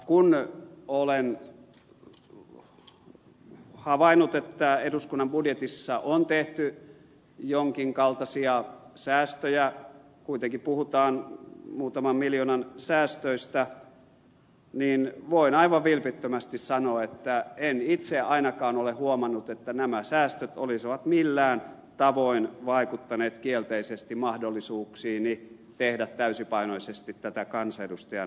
kun olen havainnut että eduskunnan budjetissa on tehty jonkin kaltaisia säästöjä kuitenkin puhutaan muutaman miljoonan säästöistä niin voin aivan vilpittömästi sanoa että en itse ainakaan ole huomannut että nämä säästöt olisivat millään tavoin vaikuttaneet kielteisesti mahdollisuuksiini tehdä täysipainoisesti tätä kansanedustajan työtä